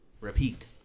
repeat